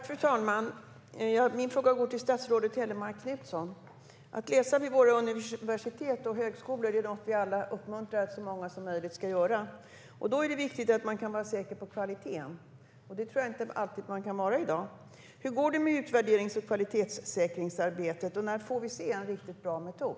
Fru talman! Min fråga går till statsrådet Helene Hellmark Knutsson. Att läsa vid våra universitet och högskolor är något vi alla uppmuntrar så många som möjligt att göra. Då är det viktigt att man kan vara säker på kvaliteten, och det tror jag inte att man alltid kan vara i dag. Hur går det med utvärderings och kvalitetssäkringsarbetet, och när får vi se en riktigt bra metod?